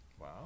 Wow